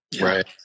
Right